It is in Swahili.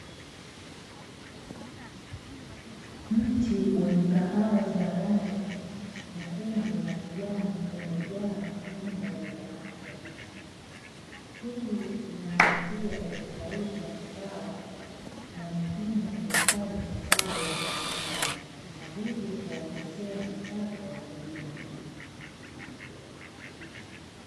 Mti wenye kahawa za rangi nyekundu na kijani, umejaa matunda yenye afya. Hii inaangazia utofauti wa mazao na umuhimu wa kuhifadhi mazao ya biashara na hivyo kuwaongezea kipato wakulima.